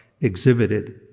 exhibited